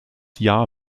jahr